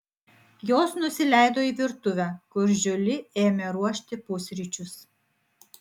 jos nusileido į virtuvę kur žiuli ėmė ruošti pusryčius